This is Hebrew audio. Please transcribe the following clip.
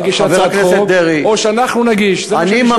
להגיש הצעת חוק, או שאנחנו נגיש, זה מה שאני שואל.